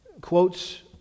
quotes